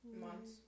Months